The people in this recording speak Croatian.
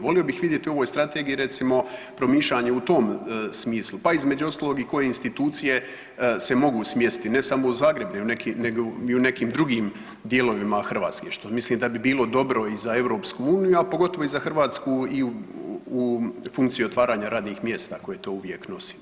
Volio bih vidjeti u ovoj strategiji recimo promišljanje u tom smislu, pa između ostalog i koje institucije se mogu smjestiti ne samo u Zagreb nego i u nekim drugim dijelovima Hrvatske što mislim da bi bilo dobro i za EU, a pogotovo i za Hrvatsku i u funkciji otvaranja radnih mjesta koje to uvijek nosi.